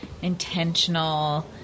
intentional